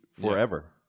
forever